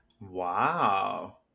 wow